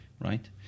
right